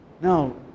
no